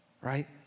right